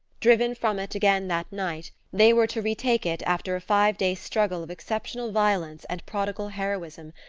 driven from it again that night, they were to retake it after a five days' struggle of exceptional violence and prodigal heroism,